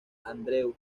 andreu